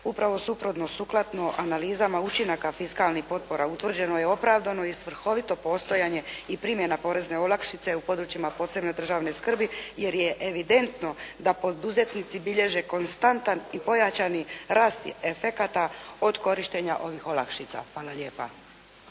Upravo suprotno. Sukladno analizama učinaka fiskalnih potpora utvrđeno je opravdano i svrhovito postojanje i primjena porezne olakšice u područjima od posebne državne skrbi jer je evidentno da poduzetnici bilježe konstantan i pojačani rast efekata od korištenja ovih olakšica. Hvala lijepa.